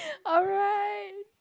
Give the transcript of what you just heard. alright